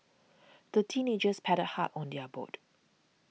the teenagers paddled hard on their boat